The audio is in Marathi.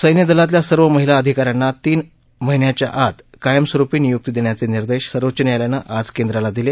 सैन्यदलातल्या सर्व महिला अधिकाऱ्यांना तीन महिन्याच्या आत कायम स्वरुपी नियुक्ती देण्याचे निर्देश सर्वोच्च न्यायालयानं आज केंद्राला दिले